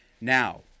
Now